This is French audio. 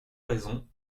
raisons